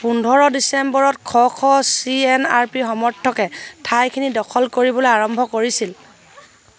পোন্ধৰ ডিচেম্বৰত শ শ চি এন আৰ পি সমৰ্থকে ঠাইখিনি দখল কৰিবলৈ আৰম্ভ কৰিছিল